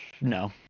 No